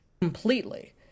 completely